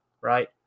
right